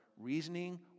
reasoning